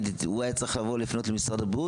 הוא היה צריך לבוא ולפנות למשרד הבריאות